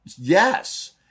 yes